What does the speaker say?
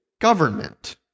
government